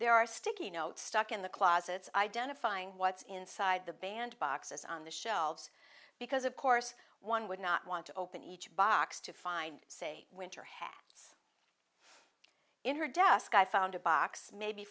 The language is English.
there are sticky notes stuck in the closets identifying what's inside the band boxes on the shelves because of course one would not want to open each box to find say winter hats in her desk i found a box maybe